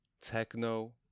techno